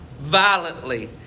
violently